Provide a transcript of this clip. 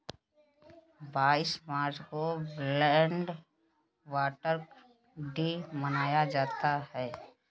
बाईस मार्च को world water day मनाया जाता है